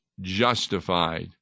justified